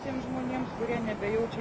tiems žmonėms kurie nebejaučia